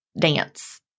dance